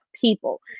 people